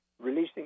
releasing